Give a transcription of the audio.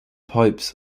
pipes